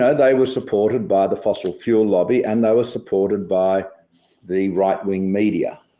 ah they were supported by the fossil fuel lobby, and they were supported by the right wing media.